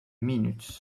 minutes